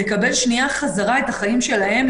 לקבל שנייה חזרה את החיים שלהם,